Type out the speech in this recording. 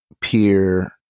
peer